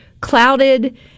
clouded